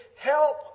Help